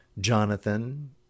Jonathan